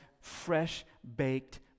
fresh-baked